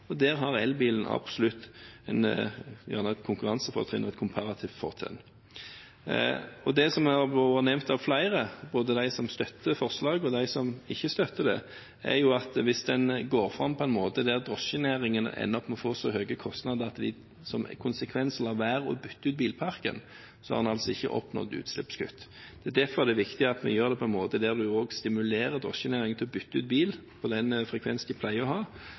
og der har elbilen absolutt et konkurransefortrinn og et komparativt fortrinn. Det som har blitt nevnt av flere, både de som støtter forslaget, og de som ikke støtter det, er at hvis man går fram på en slik måte at drosjenæringen ender opp med å få så høye kostnader at de som konsekvens lar være å bytte ut bilparken, har man ikke oppnådd utslippskutt. Det er derfor det er viktig at vi gjør det på en slik måte at vi også stimulerer drosjenæringen til å bytte ut bilene med den frekvensen de pleier å ha,